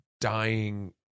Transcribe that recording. dying